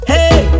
Hey